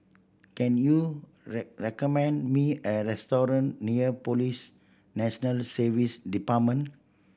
can you recommend me a restaurant near Police National Service Department